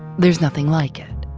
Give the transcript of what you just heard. there's nothing like it.